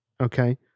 Okay